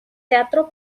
teatro